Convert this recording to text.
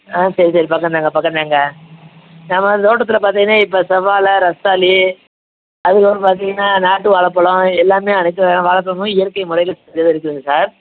ஆ சரி சரி பக்கம் தாங்க பக்கம் தாங்க நம்ம தோட்டத்தில் பார்த்தீங்கன்னா இப்போ செவ்வாழை ரஸ்தாளி அதுக்கப்புறம் பார்த்தீங்கன்னா நாட்டு வாழைப் பழம் எல்லாமே அனைத்து வகையான வாழைப் பழமும் இயற்கை முறையில் இருக்குதுங்க சார்